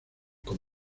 con